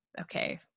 okay